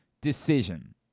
decision